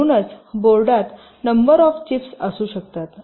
म्हणूनच बोर्डात number of chips असू शकतात